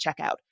checkout